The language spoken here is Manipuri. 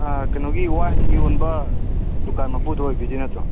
ꯑꯥ ꯀꯩꯅꯣꯒꯤ ꯋꯥꯏꯟ ꯌꯣꯟꯕ ꯗꯨꯀꯥꯟ ꯃꯄꯨꯗꯣ ꯑꯣꯏꯕꯤꯗꯣꯏ ꯅꯠꯇ꯭ꯔꯣ